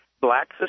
black